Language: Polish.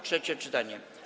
Trzecie czytanie.